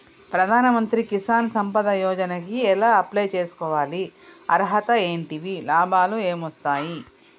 ప్రధాన మంత్రి కిసాన్ సంపద యోజన కి ఎలా అప్లయ్ చేసుకోవాలి? అర్హతలు ఏంటివి? లాభాలు ఏమొస్తాయి?